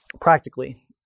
Practically